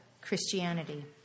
Christianity